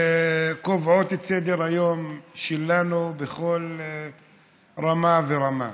וקובעות את סדר-היום שלנו בכל רמה ורמה.